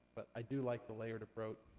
but i do like the layered approach.